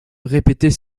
répéter